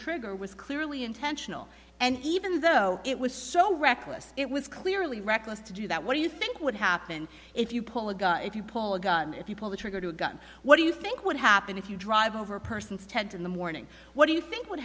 trigger was clearly intentional and even though it was so reckless it was clearly reckless to do that what do you think would happen if you pull a gun if you pull a gun if you pull the trigger to a gun what do you think would happen if you drive over a person's tent in the morning what do you think would